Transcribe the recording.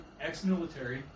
ex-military